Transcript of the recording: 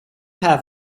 have